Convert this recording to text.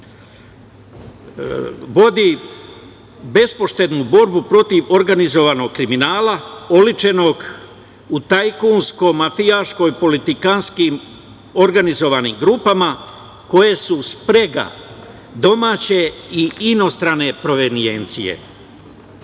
vodi bespoštednu borbu protiv organizovanog kriminala, oličenog u tajkunsko-mafijaško, politikanskim organizovanim grupama koje su sprega domaće i inostrane provenijencije.